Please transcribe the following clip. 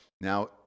now